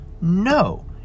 No